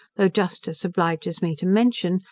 though justice obliges me to mention,